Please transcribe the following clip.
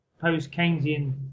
post-Keynesian